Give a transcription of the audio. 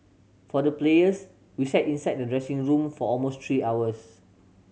for the players we sat inside the dressing room for almost three hours